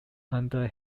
under